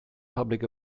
public